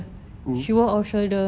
oh